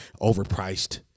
Overpriced